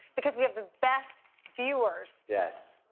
because we have the best viewers. yes.